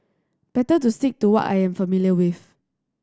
better to stick to what I am familiar with